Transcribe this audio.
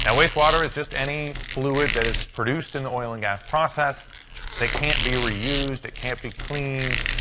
and wastewater is just any fluid that is produced in the oil and gas process that can't be reused, it can't be cleaned,